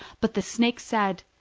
but the snake said,